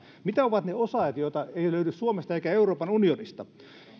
mitä ovat ne osaajat joita ei löydy suomesta eikä euroopan unionista